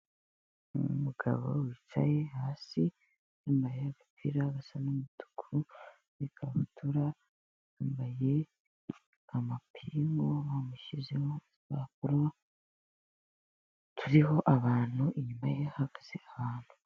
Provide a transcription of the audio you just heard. Umugabo wicaye hasi yambaye agapira gasa n'umutuku n'ikabutura, yambaye amapingu bamushyizeho idupapuro turiho abantu, inyuma ye hahagaze abantu.